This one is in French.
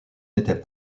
n’était